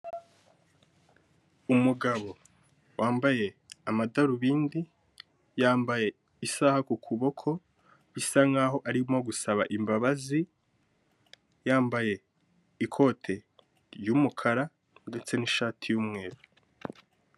Umugabo wambaye amadarubindi yambaye isaha ku kuboko bisa nkaho arimo gusaba imbabazi yambaye ikote ry'umukara ndetse n'ishati y'umweru.